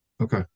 okay